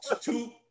two